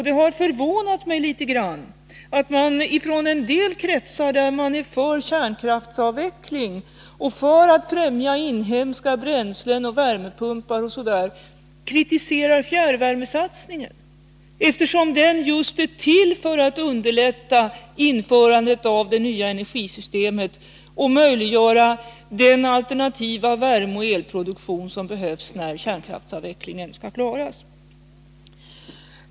Det har förvånat mig litet grand att man i en del kretsar, där man är för kärnkraftsavveckling och för att främja inhemska bränslen, värmepumpar m.m., kritiserar fjärrvärmesatsningen. Den är ju till för att underlätta införandet av det nya energisystemet och möjliggöra den alternativa värmeoch elproduktion som behövs när kärnkraftsavvecklingen skall klaras.